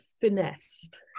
finessed